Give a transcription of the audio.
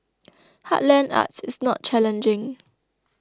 heartland arts is not challenging